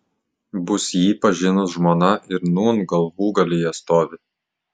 bus jį pažinus žmona ir nūn galvūgalyje stovi